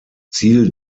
ziel